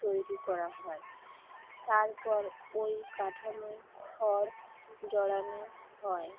তৈরি করা হয় তারপর ওই কাঠামো খড় জড়ানো হয়